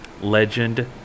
Legend